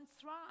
thrive